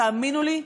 תאמינו לי,